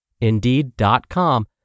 Indeed.com